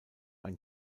ein